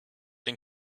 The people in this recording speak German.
den